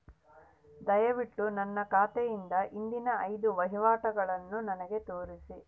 ದಯವಿಟ್ಟು ನನ್ನ ಖಾತೆಯಿಂದ ಹಿಂದಿನ ಐದು ವಹಿವಾಟುಗಳನ್ನು ನನಗೆ ತೋರಿಸಿ